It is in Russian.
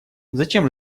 зачем